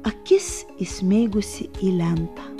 akis įsmeigusi į lentą